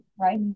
right